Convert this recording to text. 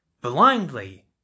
blindly